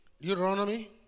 Deuteronomy